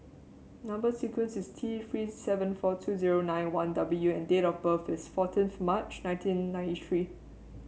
number sequence is T Three seven four two zero nine one W and date of birth is fourteenth March nineteen ninety three